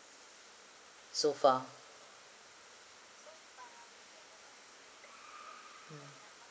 so far mm